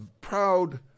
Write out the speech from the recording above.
proud